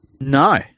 No